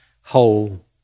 whole